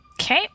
Okay